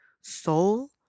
soul